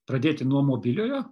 pradėti nuo mobiliojo